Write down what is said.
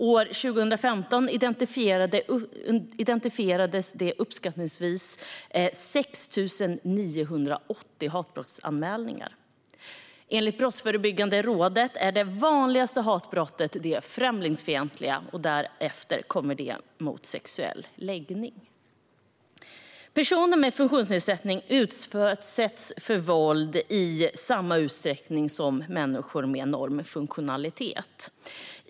År 2015 identifierades uppskattningsvis 6 980 hatbrottsanmälningar. Enligt Brottsförebyggande rådet är de främlingsfientliga hatbrotten vanligast, och därefter kommer hatbrott som rör sexuell läggning. Personer med funktionsnedsättning utsätts för våld i samma utsträckning som människor med en normfunktionalitet.